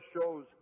shows